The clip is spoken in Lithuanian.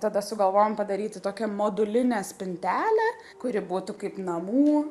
tada sugalvojom padaryti tokią modulinę spintelę kuri būtų kaip namų